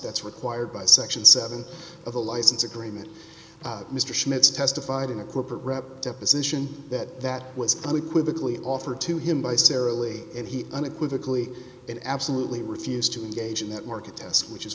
that's required by section seven of the license agreement mr schmitz testified in a corporate rep deposition that that was really quickly offered to him by sara lee and he unequivocally and absolutely refused to engage in that market test which is